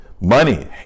money